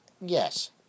yes